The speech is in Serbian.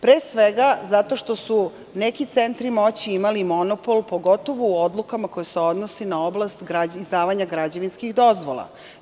Pre svega, zato što su neki centri moći imali monopol, pogotovo u odlukama koje se odnose na oblast izdavanja građevinskih dozvola.